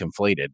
conflated